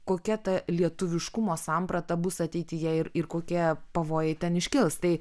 kokia ta lietuviškumo samprata bus ateityje ir ir kokie pavojai ten iškils tai